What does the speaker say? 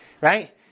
right